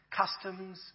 customs